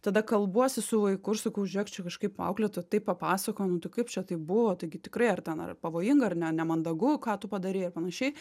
tada kalbuosi su vaiku ir sakau žiūrėk čia kažkaip auklėtoja taip papasakojo nu tai kaip čia taip buvo taigi tikrai ar ten ar pavojinga ar ne nemandagu ką tu padarei ir panašiai